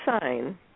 sign